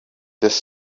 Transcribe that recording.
this